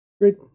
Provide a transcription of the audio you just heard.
Great